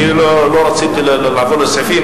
אני לא רציתי לעבור לסעיפים,